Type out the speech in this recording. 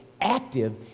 active